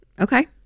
Okay